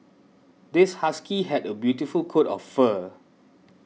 this husky has a beautiful coat of fur